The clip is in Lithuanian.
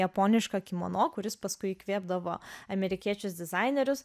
japonišką kimono kuris paskui įkvėpdavo amerikiečius dizainerius